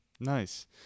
nice